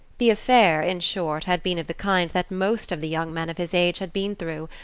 the affair, in short, had been of the kind that most of the young men of his age had been through,